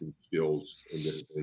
skills